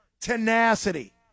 tenacity